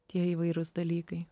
tie įvairūs dalykai